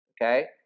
okay